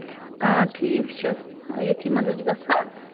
ٹھیٖک چھُ ییٚتھٕے منٛز حظ چھِ گژھان